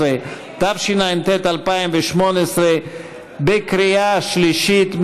17), התשע"ט 2018, בקריאה שלישית.